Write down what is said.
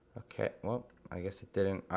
okay, i guess it didn't,